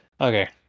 Okay